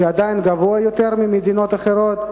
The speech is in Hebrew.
שעדיין הוא גבוה יותר מהתקן במדינות אחרות,